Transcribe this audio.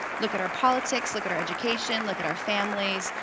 look at our politics, look at our education, look at our families,